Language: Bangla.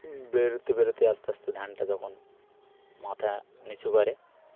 বাড়তে বাড়তে আস্তে আস্তে ধানটা যখন মাথা নিচু করে